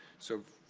so,